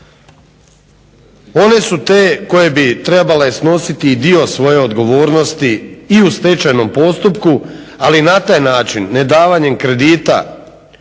One su te koje bi trebale snositi dio svoje odgovornosti i u stečajnom postupku ali na taj način nedavanjem kredita